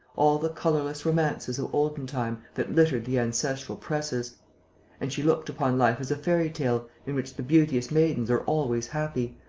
all the colourless romances of olden-time that littered the ancestral presses and she looked upon life as a fairy-tale in which the beauteous maidens are always happy,